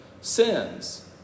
sins